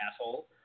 asshole